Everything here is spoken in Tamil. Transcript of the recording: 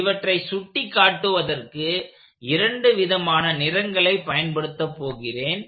இவற்றை சுட்டிக் காட்டுவதற்கு இரண்டு விதமான நிறங்களை பயன்படுத்த போகிறேன்